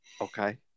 Okay